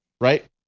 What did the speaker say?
Right